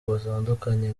butandukanye